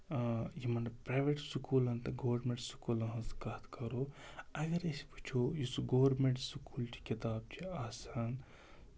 یِم پرٮ۪ویٹ سکوٗلن تہٕ گورمینٹ سکوٗلن ہٕنٛز کَتھ کرو اَگر أسۍ وُچھو یُس گورمینٹ سکوٗلچہِ کِتاب چھِ آسان